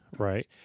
Right